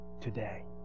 today